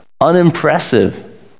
unimpressive